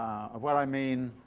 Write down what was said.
ah what i mean